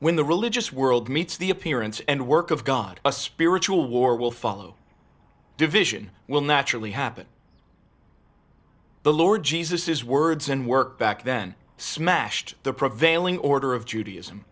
when the religious world meets the appearance and work of god a spiritual war will follow division will naturally happen the lord jesus his words and work back then smashed the prevailing order of judaism